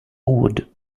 odd